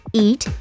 eat